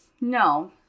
No